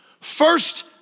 First